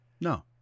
No